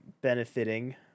benefiting